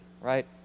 right